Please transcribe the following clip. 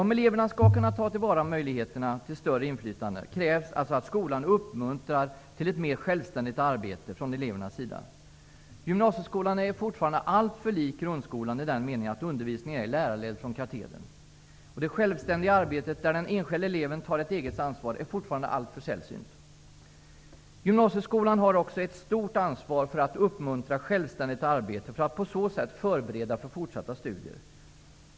Om eleverna skall kunna ta till vara möjligheterna till större inflytande krävs att skolan uppmuntrar till ett mer självständigt arbete från elevernas sida. Gymnasieskolan är fortfarande alltför lik grundskolan i den meningen att undervisningen är lärarledd från katedern. Det självständiga arbetet där den enskilde eleven tar ett eget ansvar är fortfarande alltför sällsynt. Gymnasieskolan har också ett stort ansvar att uppmuntra självständigt arbete för att på så sätt förbereda för fortsatta studier.